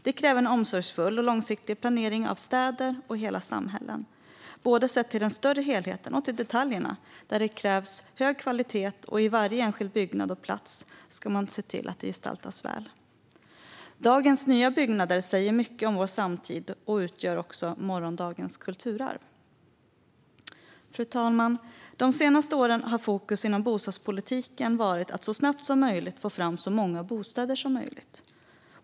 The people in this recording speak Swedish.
Det kräver en omsorgsfull och långsiktig planering av städer och hela samhällen, både sett till den större helheten och till detaljerna där det krävs hög kvalitet. I varje enskild byggnad och på varje plats ska man se till att det gestaltas väl. Dagens nya byggnader säger mycket om vår samtid och utgör också morgondagens kulturarv. Fru talman! De senaste åren har fokus inom bostadspolitiken varit att så snabbt som möjligt få fram så många bostäder som möjligt.